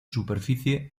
superficie